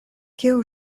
kiu